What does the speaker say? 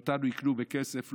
שאותנו יקנו בכסף.